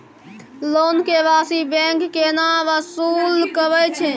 Loan के राशि bank केना वसूल करे छै?